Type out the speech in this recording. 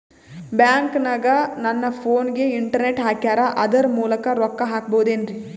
ಬ್ಯಾಂಕನಗ ನನ್ನ ಫೋನಗೆ ಇಂಟರ್ನೆಟ್ ಹಾಕ್ಯಾರ ಅದರ ಮೂಲಕ ರೊಕ್ಕ ಹಾಕಬಹುದೇನ್ರಿ?